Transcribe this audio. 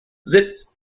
sitz